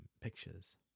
pictures